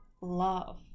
love